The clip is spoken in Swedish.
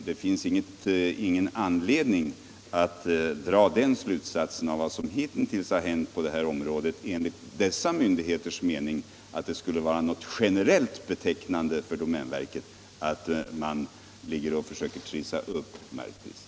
Det finns ingen anledning att dra den slutsatsen av vad som hittills hänt på detta område, enligt dessa myndigheters mening, att det skulle vara något generellt betecknande för domänverket att det skulle trissa upp markpriserna med sina bud.